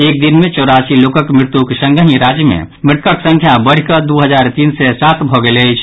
एक दिन मे चौरासी लोकक मृत्युक संगहि राज्य मे मृतक संख्या बढ़ि कऽ दू हजार तीन सय सात भऽ गेल अछि